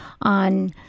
on